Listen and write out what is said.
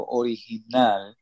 original